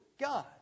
God